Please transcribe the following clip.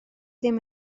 ddim